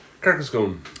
Carcassonne